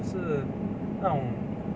就是那种